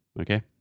Okay